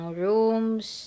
rooms